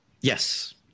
Yes